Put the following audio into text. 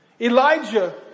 Elijah